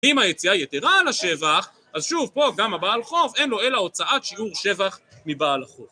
אם היציאה יתרה על השבח, אז שוב פה גם הבעל חוב אין לו אלא הוצאת שיעור שבח מבעל החוב.